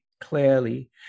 clearly